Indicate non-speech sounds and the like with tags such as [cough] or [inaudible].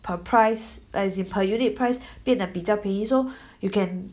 per price as in per unit price [breath] 变得比较便宜 so [breath] you can